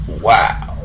Wow